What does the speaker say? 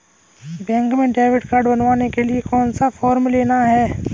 Bank में debit card बनवाने के लिए कौन सा फॉर्म लेना है?